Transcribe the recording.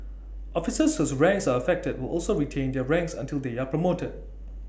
officers whose ranks are affected will also retain their ranks until they are promoted